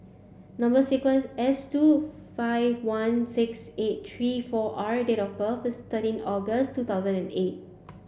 number sequence S two five one six eight three four R date of birth is thirteen August two thousand and eight